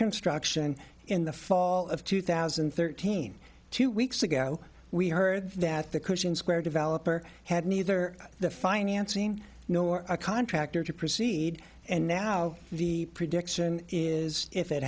construction in the fall of two thousand and thirteen two weeks ago we heard that the cushing square developer had neither the financing nor a contractor to proceed and now the prediction is if it